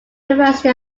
university